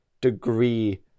degree